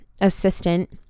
assistant